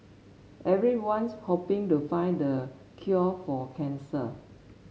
everyone's hoping to find the cure for cancer